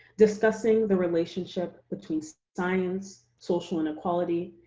discussing the relationship between so science, social inequality,